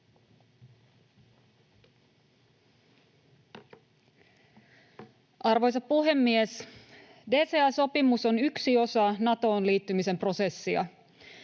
Arvoisa puhemies! DCA-sopimus on yksi osa Natoon liittymisen prosessia.